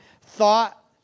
thought